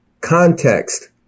context